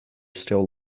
still